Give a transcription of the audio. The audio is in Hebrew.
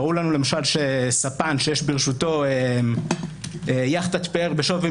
ברור לנו למשל שספן שיש ברשותו יכטת פאר בשווי